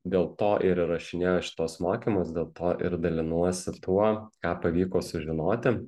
dėl to ir įrašinėjau šituos mokymus dėl to ir dalinuosi tuo ką pavyko sužinoti